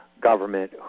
government